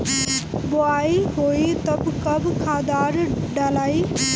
बोआई होई तब कब खादार डालाई?